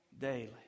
daily